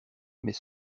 mais